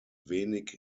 wenig